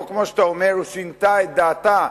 או כמו שאתה אומר: שינתה את דעתה.